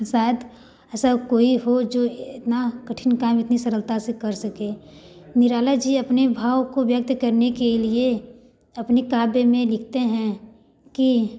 शायद ऐसा कोई हो जो इतना कठिन काम इतनी सरलता से कर सके निराला जी अपने भाव को व्यक्त करने के लिए अपनी काव्य में लिखते हैं कि